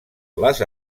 les